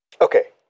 Okay